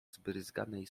zbryzganej